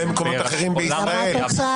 במקומות אחרים על פני השוק,